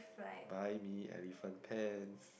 buy me elephant pants